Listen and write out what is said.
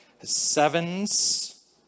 Sevens